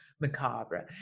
macabre